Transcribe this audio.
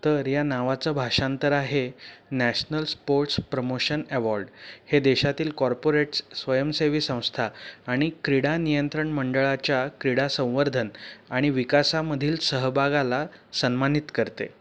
तर या नावाचं भाषांतर आहे नॅशनल स्पोट्स प्रमोशन ॲवॉर्ड हे देशातील कॉर्पोरेट स्वयंसेवी संस्था आणि क्रीडा नियंत्रण मंडळाच्या क्रीडा संवर्धन आणि विकासामधील सहभागाला सन्मानित करते